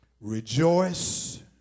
Rejoice